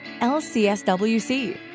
lcswc